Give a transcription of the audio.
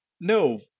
no